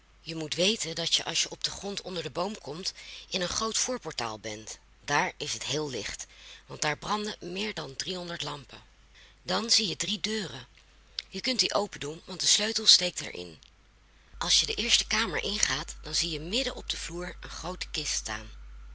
je moet weten dat je als je op den grond onder den boom komt in een groot voorportaal bent daar is het heel licht want daar branden meer dan driehonderd lampen dan zie je drie deuren je kunt die opendoen want de sleutel steekt er in als je de eerste kamer ingaat dan zie je midden op den vloer een groote kist staan